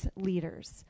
leaders